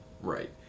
Right